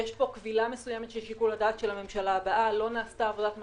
יש פה כבילה מסוימת של שיקול הדעת של הממשלה הבאה לא נעשתה עבודת מטה,